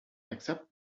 except